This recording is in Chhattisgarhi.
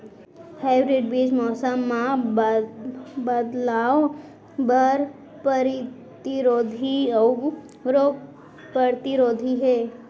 हाइब्रिड बीज मौसम मा भारी बदलाव बर परतिरोधी अऊ रोग परतिरोधी हे